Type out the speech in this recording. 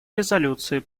резолюции